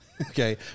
okay